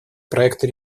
проекта